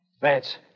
Vance